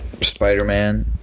Spider-Man